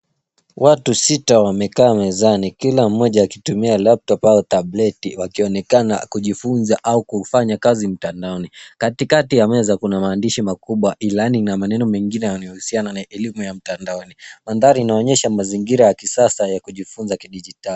Watu sita wamekaa mezani kila mmoja akitumia (cs)laptop(cs) au (cs)tablet(cs),wakionekana kujifunza au kufanya kazi mtandaoni. Katikati ya meza kuna maandishi makubwa e-learning na maneno mengine yanayohusiana na elimu ya mtandaoni. Mandhari inaonyesha mazingira ya kisasa ya kujifunza kidigitali.